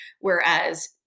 Whereas